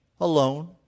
alone